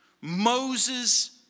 Moses